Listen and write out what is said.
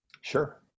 Sure